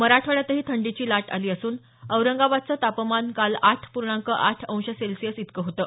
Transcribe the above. मराठवाड्यातही थंडीची लाट आली असून औरंगाबादचं तापमान काल आठ पूर्णांक आठ अंश सेल्सिअस इतकं होतं